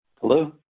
Hello